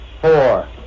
four